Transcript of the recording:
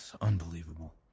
unbelievable